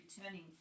returning